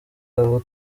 abo